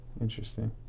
interesting